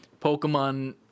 Pokemon